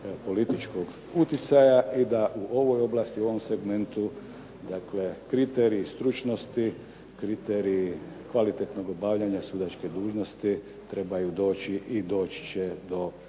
političkog utjecaja i da u ovoj oblasti i u ovom segmentu kriteriji stručnosti, kriteriji kvalitetnog obavljanja sudačke dužnosti trebaju doći i doći će do